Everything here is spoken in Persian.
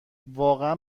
واقعا